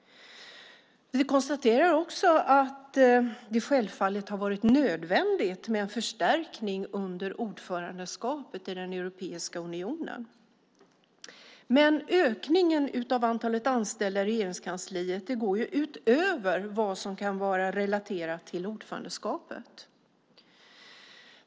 Vi konstaterar också att det självfallet har varit nödvändigt med en förstärkning under ordförandeskapet i Europeiska unionen. Men ökningen av antalet anställda i Regeringskansliet går utöver vad som kan vara relaterat till ordförandeskapet.